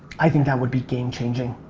i think that would be game changing.